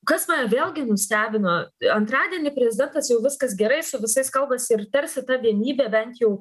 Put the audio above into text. kas mane vėlgi nustebino antradienį prezidentas jau viskas gerai su visais kalbasi ir tarsi ta vienybė bent jau